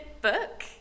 book